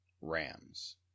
Rams